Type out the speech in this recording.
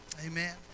Amen